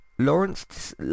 Lawrence